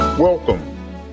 Welcome